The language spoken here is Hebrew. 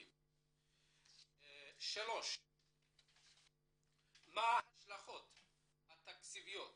3. מה ההשלכות התקציביות